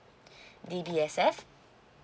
D B S F